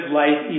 life